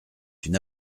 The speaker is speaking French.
une